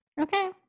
Okay